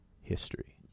history